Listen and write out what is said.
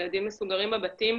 הילדים מסוגרים בבתים.